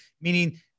Meaning